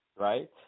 right